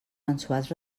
mensuals